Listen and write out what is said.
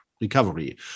recovery